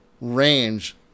range